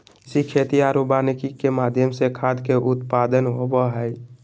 कृषि, खेती आरो वानिकी के माध्यम से खाद्य के उत्पादन होबो हइ